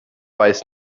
weiß